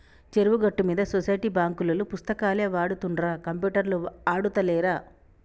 చెరువు గట్టు మీద సొసైటీ బాంకులోల్లు పుస్తకాలే వాడుతుండ్ర కంప్యూటర్లు ఆడుతాలేరా